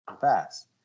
fast